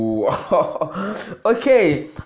Okay